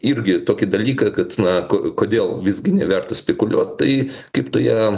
irgi tokį dalyką kad na kodėl visgi neverta spekuliuot tai kaip toje